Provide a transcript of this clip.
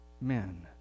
men